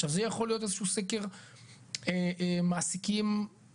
עכשיו זה יכול להיות איזה שהוא סקר מעסיקים סתם,